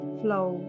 flow